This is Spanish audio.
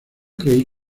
creí